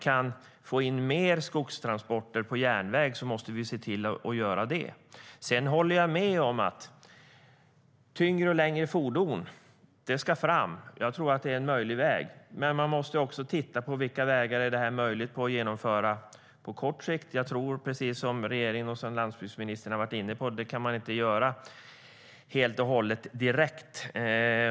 Kan skogstransporterna på järnvägen öka måste vi se till att den används. Sedan håller jag med om att det ska fram tyngre och längre fordon; det är nog en möjlig väg. Men man måste också titta på vilka vägar som kan användas på kort sikt. Precis som regeringen och landsbygdsministern har varit inne på kan detta inte ske direkt.